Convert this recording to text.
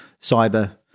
cyber